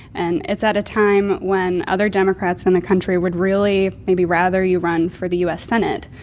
and it's at a time when other democrats in the country would really maybe rather you run for the u s. senate.